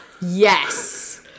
Yes